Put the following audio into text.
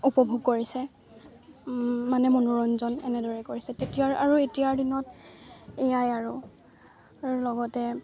উপভোগ কৰিছে মানে মনোৰঞ্জন এনেদৰে কৰিছে তেতিয়াৰ আৰু এতিয়াৰ দিনত এয়াই আৰু লগতে